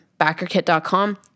Backerkit.com